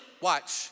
watch